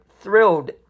thrilled